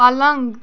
پلنٛگ